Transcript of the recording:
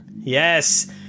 Yes